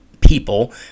people